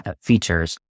features